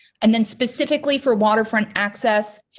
and then specifically, for waterfront access,